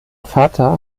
vater